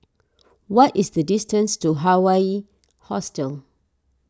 what is the distance to Hawaii Hostel